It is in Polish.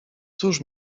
cóż